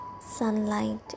sunlight